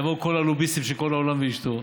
יבואו כל הלוביסטים של כל העולם ואשתו,